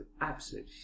absolute